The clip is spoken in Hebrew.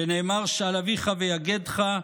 שנאמר: שעל אביך ויגדך,